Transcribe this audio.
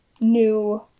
new